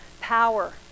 power